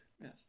Yes